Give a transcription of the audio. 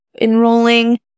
enrolling